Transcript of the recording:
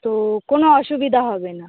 তো কোনো অসুবিধা হবে না